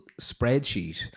spreadsheet